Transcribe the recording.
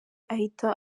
ahita